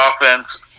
offense